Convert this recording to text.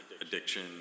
addiction